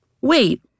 Wait